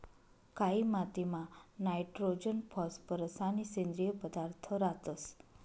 कायी मातीमा nitrogen phosphorus आणि सेंद्रिय पदार्थ रातंस